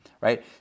right